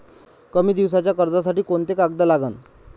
कमी दिसाच्या कर्जासाठी कोंते कागद लागन?